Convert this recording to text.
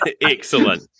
Excellent